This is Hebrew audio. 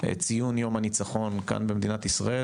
ציון יום הניצחון כאן במדינת ישראל,